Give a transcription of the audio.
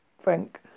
Frank